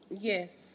Yes